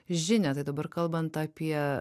žinią tai dabar kalbant apie